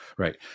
Right